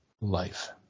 life